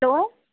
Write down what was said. hello